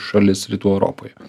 šalis rytų europoj